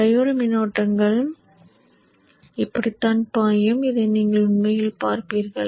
எனவே டையோடு மின்னோட்டங்கள் இப்படித்தான் பாயும் இதைத்தான் நீங்கள் உண்மையில் பார்ப்பீர்கள்